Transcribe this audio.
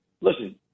listen